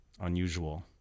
unusual